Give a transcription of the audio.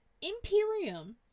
imperium